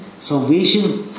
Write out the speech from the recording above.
salvation